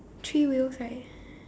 three wheels right